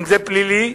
אם פלילי,